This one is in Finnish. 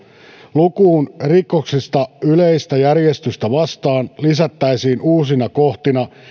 lukuun rikoksista yleistä järjestystä vastaan lisättäisiin uusina kohtina